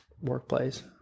workplace